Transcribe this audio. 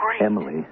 Emily